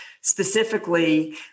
specifically